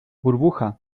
burbuja